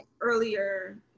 earlier